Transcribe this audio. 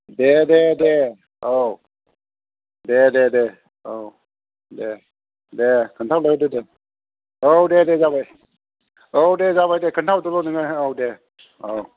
दे दे दे औ दे दे दे औ दे दे खोन्था हरलायदो दे औ दे दे जाबाय औ दे जाबाय दे खोन्था हरदोल' नोङो औ दे औ